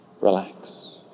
relax